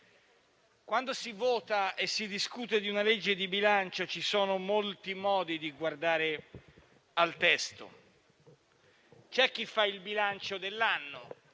quando si vota e si discute di una legge di bilancio, ci sono molti modi di guardare al testo. C'è chi fa il bilancio dell'anno: